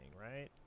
right